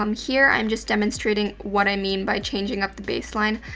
um here i'm just demonstrating what i mean by changing up the baseline.